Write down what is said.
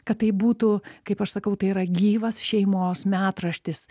kad tai būtų kaip aš sakau tai yra gyvas šeimos metraštis